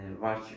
watch